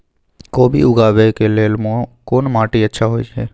कोबी उगाबै के लेल कोन माटी अच्छा होय है?